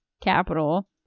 capital